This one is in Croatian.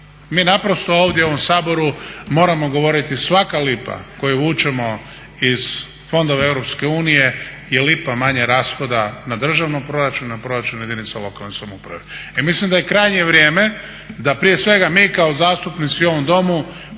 mi naprosto ovdje u ovom saboru moramo govoriti svaka lipa koju vučemo iz fondova Europske unije je lipa manje rashoda na državnom proračunu, na proračunu jedinica lokalne samouprave. I mislim da je krajnje vrijeme da prije svega mi kao zastupnici u ovom domu